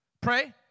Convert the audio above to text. Pray